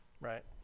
right